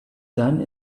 done